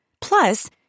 Plus